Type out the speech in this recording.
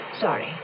Sorry